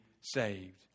saved